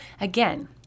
again